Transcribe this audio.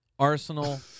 Arsenal